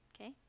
Okay